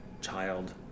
child